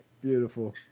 Beautiful